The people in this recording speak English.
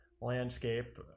landscape